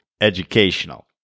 educational